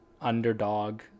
underdog